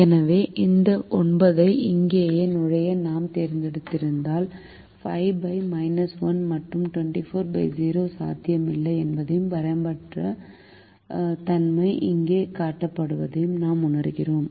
எனவே இந்த 9 ஐ இங்கேயே நுழைய நாம் தேர்ந்தெடுத்திருந்தால் 5 1 மற்றும் 240 சாத்தியமில்லை என்பதையும் வரம்பற்ற தன்மை இங்கே காட்டப்படுவதையும் நாம் உணர்கிறோம்